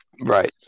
Right